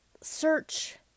search